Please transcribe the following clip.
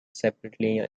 separately